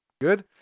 good